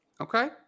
Okay